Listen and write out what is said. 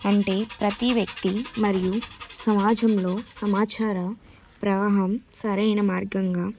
అంటే ప్రతీవ్యక్తి మరియు సమాజంలో సమాచార ప్రవాహం సరైన మార్గంగా